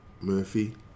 Murphy